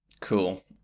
Cool